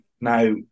now